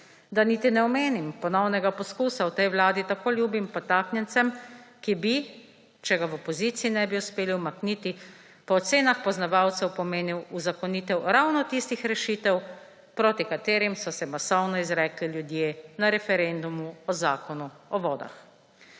Da niti ne omenim ponovnega poskusa tej vladi tako ljubim podtaknjencem, ki bi, če ga v opoziciji ne bi uspeli umakniti, po ocenah poznavalcev pomenil uzakonitev ravno tistih rešitev, proti katerim so se masovno izrekli ljudje na referendumu o Zakonu o vodah.